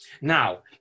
Now